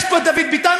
יש פה דוד ביטן,